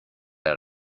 out